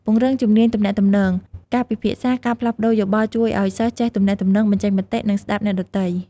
ពង្រឹងជំនាញទំនាក់ទំនង ការពិភាក្សា និងការផ្លាស់ប្ដូរយោបល់ជួយឲ្យសិស្សចេះទំនាក់ទំនង បញ្ចេញមតិ និងស្ដាប់អ្នកដទៃ។